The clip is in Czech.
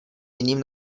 jiným